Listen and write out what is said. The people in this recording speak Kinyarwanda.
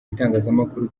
bitangazamakuru